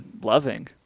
loving